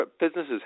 businesses